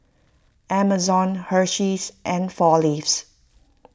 Amazon Hersheys and four Leaves